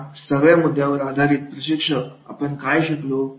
या सगळ्या मुद्द्यावर आधारित प्रशिक्षक आपण काय शिकलो